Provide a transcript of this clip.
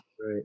Right